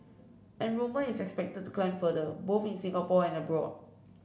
enrolment is expected to climb further both in Singapore and abroad